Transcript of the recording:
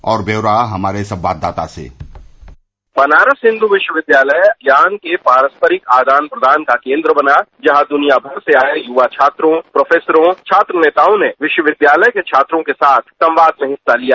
और बौरा हमारे संवाददाता से बनारस हिंदू विश्वविद्यालय ज्ञान के पारस्परिक आदान प्रदान का केंद्र बना जहां दृनिया भर से आए यूवा छात्रों प्रोफेसरों और छात्र नेताओं ने विश्वविद्यालय के छात्रों के साथ संवाद में हिस्सा लिया